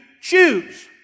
choose